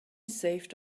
saved